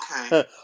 Okay